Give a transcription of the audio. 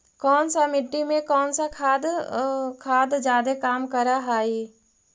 कौन सा मिट्टी मे कौन सा खाद खाद जादे काम कर हाइय?